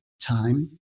time